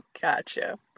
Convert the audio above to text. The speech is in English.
Gotcha